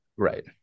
right